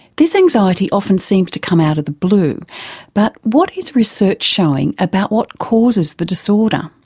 this anxiety often seems to come out of the blue but what is research showing about what causes the disorder?